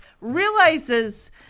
realizes